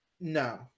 No